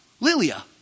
Lilia